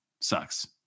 Sucks